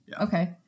Okay